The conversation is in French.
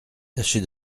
tâchez